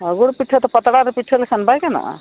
ᱚ ᱜᱩᱲ ᱯᱤᱴᱷᱟᱹ ᱫᱚ ᱯᱟᱛᱲᱟ ᱨᱮ ᱯᱤᱴᱷᱟᱹ ᱞᱮᱠᱷᱟᱱ ᱵᱟᱭ ᱜᱟᱱᱚᱜᱼᱟ